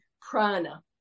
prana